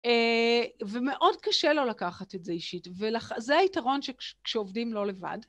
ומאוד קשה לו לקחת את זה אישית, וזה היתרון כשעובדים לא לבד.